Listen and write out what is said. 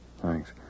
Thanks